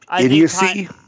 idiocy